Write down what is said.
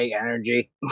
energy